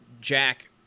Jack